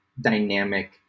dynamic